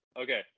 Okay